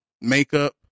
makeup